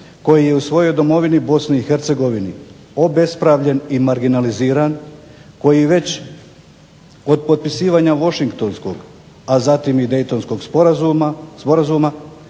koji je u svojoj domovini Bosni i Hercegovini obespravljen i marginaliziran, koji već od potpisivanja Washingtonskog, a zatim i Dejtonskog sporazuma